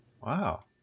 wow